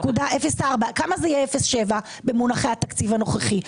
כמה זה יהיה 0.7 במונחי התקציב הנוכחי?